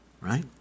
right